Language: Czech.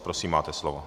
Prosím, máte slovo.